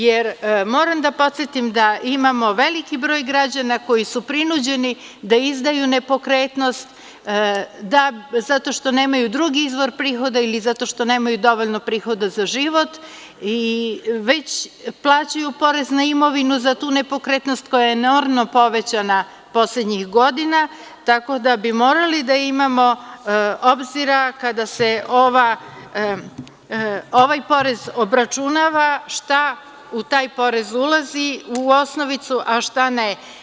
Jer, moram da podsetim da imamo veliki broj građana koji su prinuđeni da izdaju nepokretnost, zato što nemaju drugi izvor prihoda ili zato što nemaju dovoljno prihoda za život i već plaćaju porez na imovinu za tu nepokretnost koja je enormno povećana poslednjih godina, tako da bi morali da imamo obzira kada se ovaj porez obračunava šta u taj porez ulazi u osnovicu, a šta ne.